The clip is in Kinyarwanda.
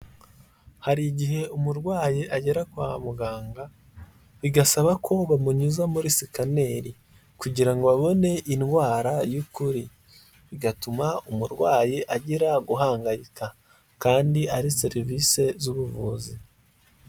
Hari igihe umurwayi agera kwa muganga bigasaba ko bamunyuza muri sikaneri kugira ngo babone indwara y'ukuri, bigatuma umurwayi agira guhangayika kandi ari serivisi z'ubuvuzi.